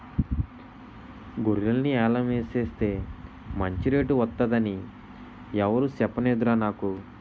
గొర్రెల్ని యాలం ఎసేస్తే మంచి రేటు వొత్తదని ఎవురూ సెప్పనేదురా నాకు